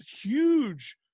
huge